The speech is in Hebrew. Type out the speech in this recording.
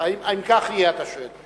האם כך יהיה, אתה שואל.